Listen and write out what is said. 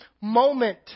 moment